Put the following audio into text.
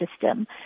system